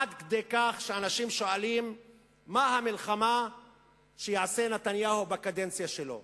עד כדי כך שאנשים שואלים מה המלחמה שיעשה נתניהו בקדנציה שלו,